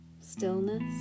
stillness